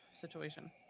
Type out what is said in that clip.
situation